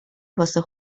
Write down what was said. واسه